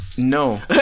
No